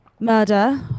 Murder